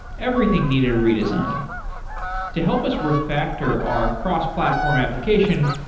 everything needed redesign to help us refactor our cross-platform application,